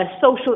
social